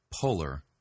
polar